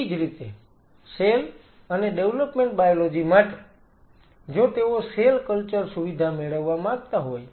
એવી જ રીતે સેલ અને ડેવલપમેન્ટ બાયોલોજી માટે જો તેઓ સેલ કલ્ચર સુવિધા મેળવવા માંગતા હોય